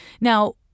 Now